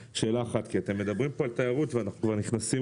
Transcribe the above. אתם מדברים פה על תיירות ואנחנו נכנסים